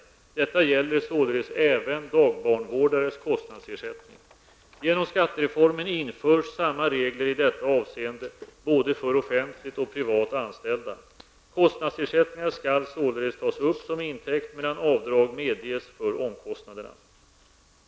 Detta gäller således även dagbarnvårdares kostnadsersättning. Genom skattereformen införs samma regler i detta avseende för både offentligt och privat anställda. Kostnadsersättningar skall således tas upp som intäkt, medan avdrag medges för omkostnaderna.